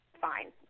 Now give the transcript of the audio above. fine